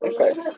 Okay